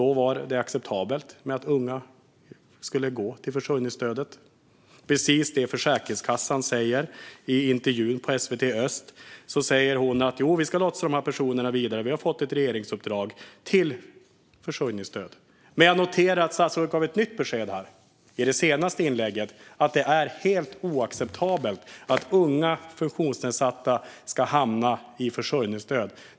Då var det acceptabelt att unga skulle gå till försörjningsstöd - precis det som Försäkringskassan säger i intervjun i SVT Öst: Jo, vi ska lotsa dessa personer vidare till försörjningsstöd; vi har fått ett regeringsuppdrag. Men jag noterar att statsrådet gav ett nytt besked i det senaste inlägget: Det är helt oacceptabelt att unga funktionsnedsatta ska hamna i försörjningsstöd.